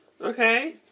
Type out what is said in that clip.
Okay